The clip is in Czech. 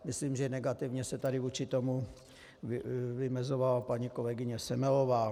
Myslím, že negativně se tady vůči tomu vymezovala paní kolegyně Semelová.